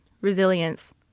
resilience